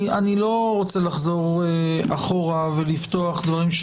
רוצה לחזור אחורה ולפתוח דברים.